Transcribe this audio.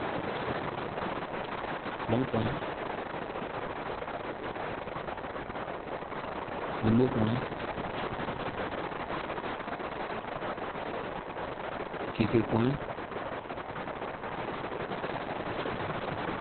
Pulɔŋ kɔŋɛ, lumo kɔŋɛ, kefe kɔŋɛ,